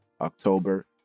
October